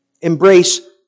embrace